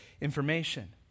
information